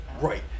Right